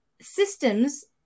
Systems